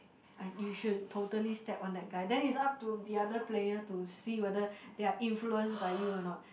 I you should totally step on that guy then it's up to the other player to see whether they are influenced by you or not